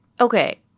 Okay